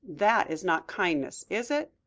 that is not kindness, is it?